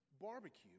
barbecue